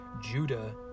Judah